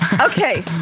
Okay